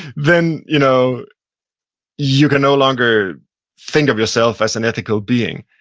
then you know you can no longer think of yourself as an ethical being.